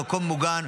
במקום מוגן,